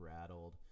rattled